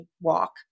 walk